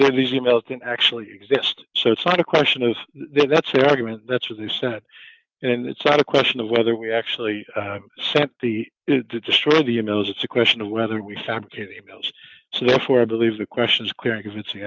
these e mails didn't actually exist so it's not a question of their that's their argument that's what they set and it's not a question of whether we actually sent the destroyer the emails it's a question of whether we fabricate emails so therefore i believe the question is clear and convincing